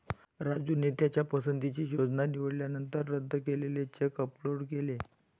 राजूने त्याच्या पसंतीची योजना निवडल्यानंतर रद्द केलेला चेक अपलोड केला